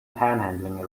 panhandling